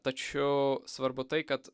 tačiau svarbu tai kad